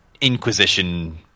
Inquisition